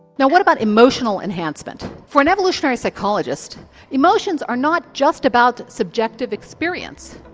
now what about emotional enhancement? for an evolutionary psychologist emotions are not just about subjective experience,